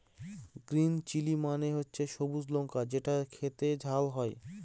green chilli মানে হচ্ছে সবুজ লঙ্কা যেটা খেতে ঝাল হয়